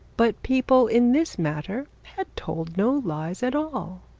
but people in this matter had told no lies at all.